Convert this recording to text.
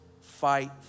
Fight